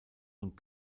und